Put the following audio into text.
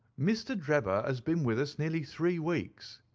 mr. drebber has been with us nearly three weeks.